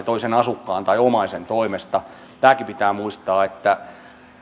toisen asukkaan tai omaisen toimesta tämäkin pitää muistaa että